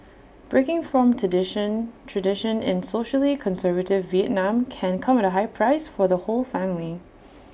breaking from tradition tradition in socially conservative Vietnam can come at A high price for the whole family